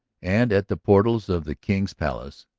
and at the portals of the king's palace,